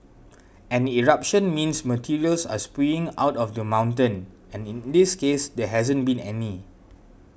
an eruption means materials are spewing out of the mountain and in this case there hasn't been any